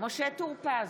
משה טור פז,